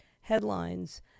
headlines